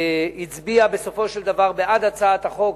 שהצביעה בסופו של דבר בעד הצעת החוק,